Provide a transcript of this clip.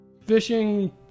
Fishing